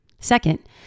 Second